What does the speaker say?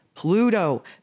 Pluto